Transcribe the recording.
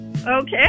Okay